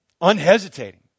Unhesitating